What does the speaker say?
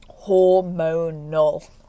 hormonal